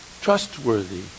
Trustworthy